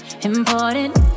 important